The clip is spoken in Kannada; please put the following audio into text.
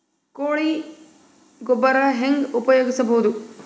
ಕೊಳಿ ಗೊಬ್ಬರ ಹೆಂಗ್ ಉಪಯೋಗಸಬಹುದು?